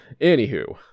anywho